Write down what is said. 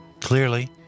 clearly